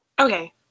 Okay